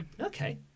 Okay